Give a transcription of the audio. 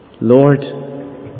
Lord